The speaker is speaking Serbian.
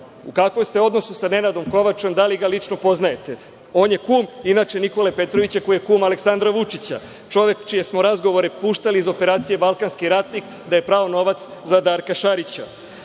U kakvom ste odnosu sa Nenadom Kovačom? Da li ga lično poznajete? On je kum Nikole Petrovića, koji je kum Aleksandra Vučića, čovek čije smo razgovore puštali iz operacije „balkanski ratnik“, da je prao novac za Darka